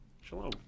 Shalom